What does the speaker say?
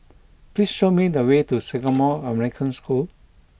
please show me the way to Singapore American School